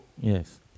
Yes